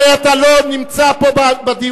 הרי אתה לא נמצא פה בדיונים,